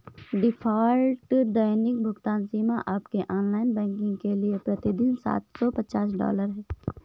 default दैनिक भुगतान सीमा आपके ऑनलाइन बैंकिंग के लिए प्रति दिन सात सौ पचास डॉलर है